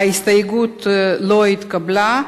ההסתייגות לא התקבלה.